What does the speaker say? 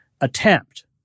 attempt